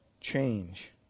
change